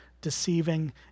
deceiving